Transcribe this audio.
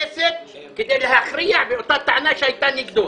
כנסת כדי להכריע באותה טענה שהיתה נגדו.